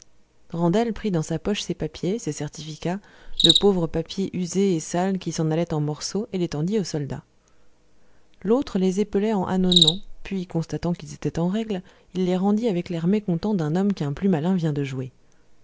randel prit dans sa poche ses papiers ses certificats de pauvres papiers usés et sales qui s'en allaient en morceaux et les tendit au soldat l'autre les épelait en ânonnant puis constatant qu'ils étaient en règle il les rendit avec l'air mécontent d'un homme qu'un plus malin vient de jouer